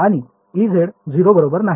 Ez 0 बरोबर नाही